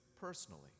personally